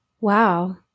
Wow